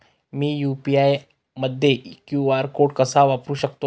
मी UPI मध्ये QR code कसा वापरु शकते?